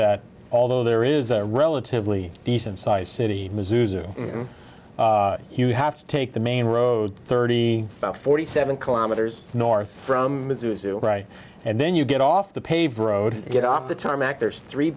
that although there is a relatively decent sized city you have to take the main road thirty about forty seven kilometers north from right and then you get off the paved road you get off the tarmac there's three